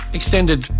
extended